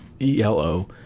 E-L-O